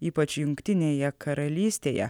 ypač jungtinėje karalystėje